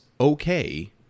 okay